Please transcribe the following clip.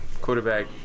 Quarterback